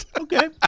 okay